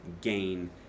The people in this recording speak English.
gain